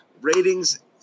ratings